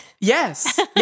yes